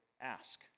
ask